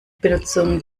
benutzung